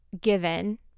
given